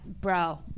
Bro